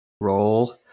Roll